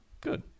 good